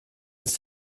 ins